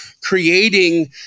creating